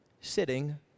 sitting